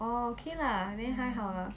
orh okay lah then 还好啦